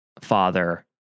father